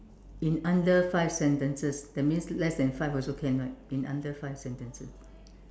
in under five sentences that means less then five also can right in under five sentences